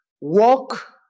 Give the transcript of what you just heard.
walk